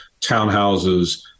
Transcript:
townhouses